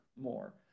more